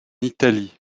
italie